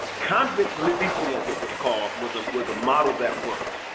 convict leasing, as it was called, was was a model that worked.